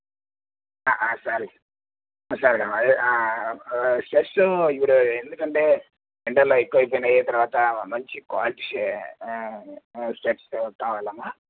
సరి సరే అదే స్పెక్స్ ఇపుడు ఎందుకు అంటే ఎండలు ఎక్కువ అయిపోయినయి తరువాత మంచి క్వాలిటీ ష స్పెక్స్ కావాలమ్మా